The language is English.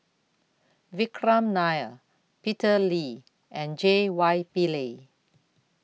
Vikram Nair Peter Lee and J Y Pillay